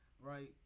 right